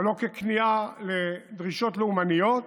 אבל לא ככניעה לדרישות לאומניות,